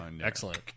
excellent